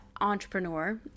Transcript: entrepreneur